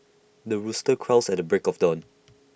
the rooster crows at the break of dawn